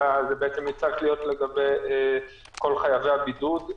אלא זה בעצם יצטרך להיות לגבי כל חייבי הבידוד,